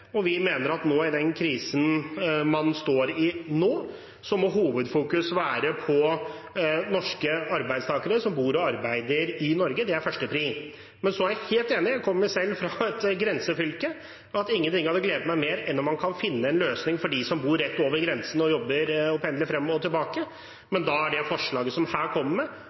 Vi mener at i den krisen man står i nå, må hovedfokus være på norske arbeidstakere som bor og arbeider i Norge. Det er første prioritet. Så er jeg helt enig – jeg kommer selv fra et grensefylke. Ingen ting hadde gledet meg mer enn om man kunne finne en løsning for dem som bor rett over grensen og jobber og pendler frem og tilbake, men det forslaget man her kommer